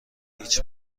هیچ